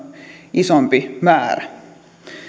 isompi määrä